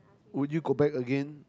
would you go back again